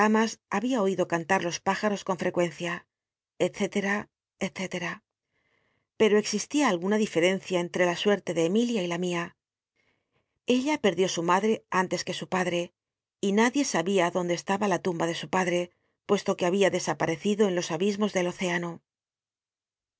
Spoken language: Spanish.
babia oído cantar los p ijaos con f ccucncia cte etc pero existía alguna diferencia enlle la suerte de emilia y la mia ella perdió su madre antes que su padre y nad ie sabia ó donde jue babia estaba la tumba de su padre puesto desaparecido en los abismos del océa